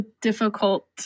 difficult